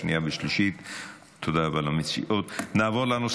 שבעה בעד, אפס